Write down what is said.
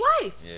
wife